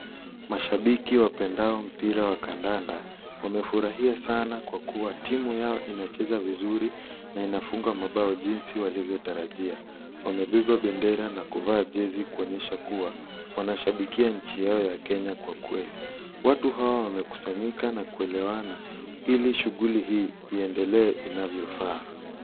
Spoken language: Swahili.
Mashabiki wapendao mpira wa kandanda, wamefurahia sana kwa kuwa timu yao inacheza vizuri na inafunga mabao jinsi walivyotarajia. Wamebeba bendera na kuvaa jezi kuonyesha kuwa wanashabikia nchi yao ya Kenya kwa kweli. Watu hawa wamekusanyika na kuelewana ili shughuli hii iendelee inavyofaa.